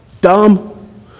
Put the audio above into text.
Dumb